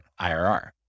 IRR